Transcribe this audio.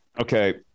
Okay